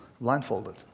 blindfolded